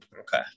Okay